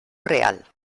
real